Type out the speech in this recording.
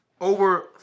Over